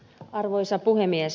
arvoisa puhemies